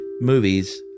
movies